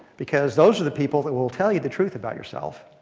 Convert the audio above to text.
because those are the people that will tell you the truth about yourself.